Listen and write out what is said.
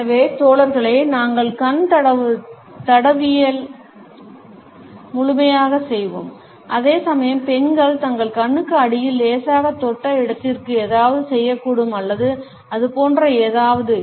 எனவே தோழர்களே நாங்கள் கண் தடவலில் முழுமையாக செய்வோம் அதேசமயம் பெண்கள் தங்கள் கண்ணுக்கு அடியில் லேசாகத் தொட்ட இடத்திற்கு ஏதாவது செய்யக்கூடும் அல்லது அதுபோன்ற ஏதாவது